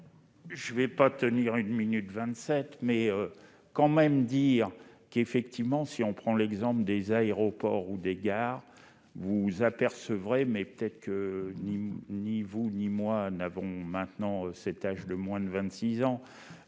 Je vais pas tenir une minute 27 mai quand même dire qu'effectivement, si on prend l'exemple des aéroports ou des gares, vous vous apercevrez mais peut-être que ni moi, ni vous ni moi n'avons maintenant cet âge de moins de 26 ans